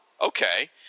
Okay